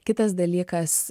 kitas dalykas